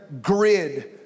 grid